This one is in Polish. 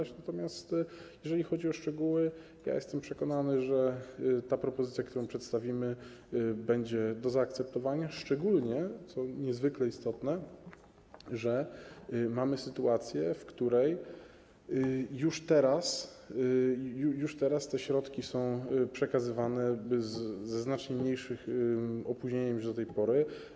Jeżeli natomiast chodzi o szczegóły, jestem przekonany, że propozycja, którą przedstawimy, będzie do zaakceptowania, szczególnie, co niezwykle istotne, że mamy sytuację, w której już teraz te środki są przekazywane ze znacznie mniejszym opóźnieniem niż do tej pory.